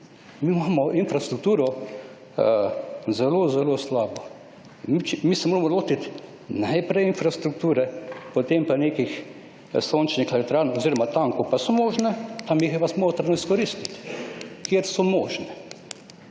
Mi imamo infrastrukturo zelo zelo slabo. Mi se moramo lotiti najprej infrastrukture, potem pa nekih sončnih elektrarn oziroma tam, kjer pa so možne, jih je pa smotrno izkoristiti. Niso pa možne